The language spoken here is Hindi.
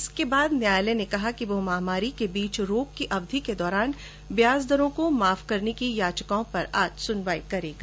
इसके बाद न्यायालय ने कहा कि वह महामारी के बीच रोक की अवधि के दौरान ब्याज दरों को माफ करने की याचिकाओं पर आज सुनवाई करेगा